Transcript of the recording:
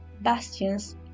bastions